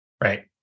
Right